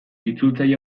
itzultzaile